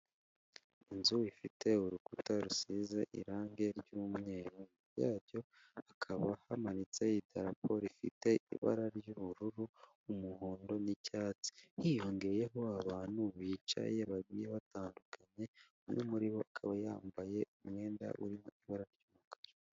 Inzu ifite urukuta rusize irangi ry'umweru, heju yacyo hakaba hamanitse idarapo rifite ibara ry'ubururu umuhondo n'icyatsi, hiyongeyeho abantu bicaye babiri batandukanye, umwe muri bo akaba yambaye umwenda uri mu ibara ry'umukara.